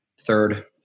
third